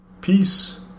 peace